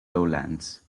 lowlands